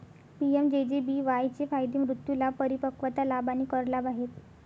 PMJJBY चे फायदे मृत्यू लाभ, परिपक्वता लाभ आणि कर लाभ आहेत